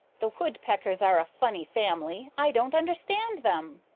the woodpeckers are a funny family. i don't understand them.